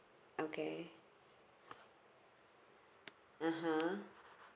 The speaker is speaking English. okay (uh huh)